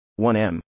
1M